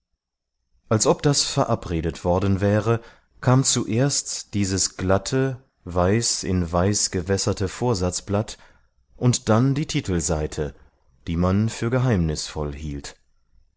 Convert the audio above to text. als ob das verabredet worden wäre kam zuerst dieses glatte weiß in weiß gewässerte vorsatzblatt und dann die titelseite die man für geheimnisvoll hielt